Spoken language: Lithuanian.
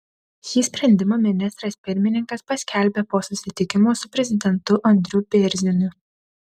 šį sprendimą ministras pirmininkas paskelbė po susitikimo su prezidentu andriu bėrziniu